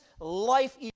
life